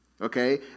Okay